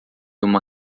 uma